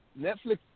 Netflix